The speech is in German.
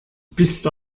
bist